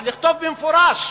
לכתוב במפורש